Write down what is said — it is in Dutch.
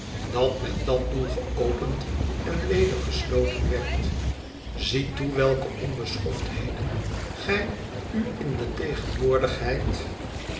dat met dat doel geopend en weder gesloten werd zie toe welke onbeschoftheden gij u in de tegenwoordigheid